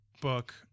book